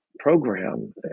program